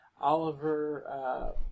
Oliver